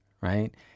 right